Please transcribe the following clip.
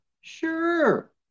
Sure